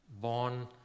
born